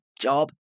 job